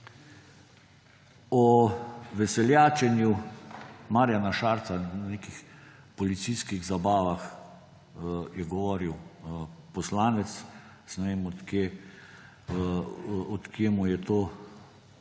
O veseljačenju Marjana Šarca na nekih policijskih zabavah je govoril poslanec. Ne vem, od kje mu je to